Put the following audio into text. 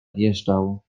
odjeżdżał